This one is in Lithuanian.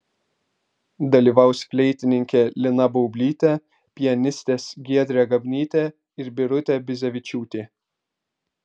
dalyvaus fleitininkė lina baublytė pianistės giedrė gabnytė ir birutė bizevičiūtė